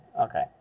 Okay